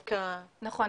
נכון.